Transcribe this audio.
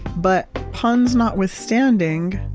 but puns not withstanding,